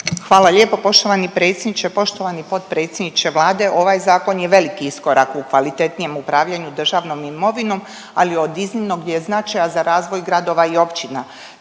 Hvala lijepo poštovani predsjedniče. Poštovani potpredsjedniče Vlade ovaj zakon je veliki iskorak u kvalitetnijem upravljanju državnom imovinom ali od iznimnog je značaja za razvoj gradova i općina